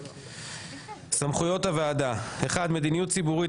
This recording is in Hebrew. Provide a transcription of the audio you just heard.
סמכויות הוועדה: מדיניות ציבורית,